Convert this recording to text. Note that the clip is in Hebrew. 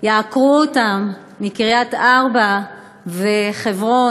יעקרו אותם מקריית-ארבע וחברון,